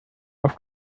auf